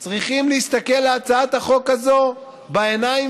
צריכים להסתכל להצעת החוק הזו בעיניים